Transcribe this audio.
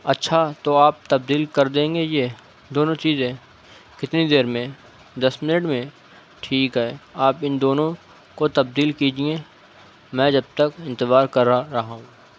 اچھا تو آپ تبدیل کر دیں گے یہ دونوں چیزیں کتنی دیر میں دس منٹ میں ٹھیک ہے آپ ان دونوں کو تبدیل کیجیے میں جب تک انتظاار کر رہا ہوں